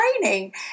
training